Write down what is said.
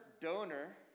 donor